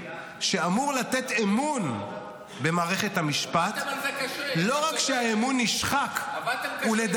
שאמור לתת אמון במערכת המשפט --- עבדתם על זה קשה,